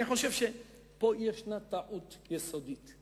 אני חושב שיש פה טעות יסודית.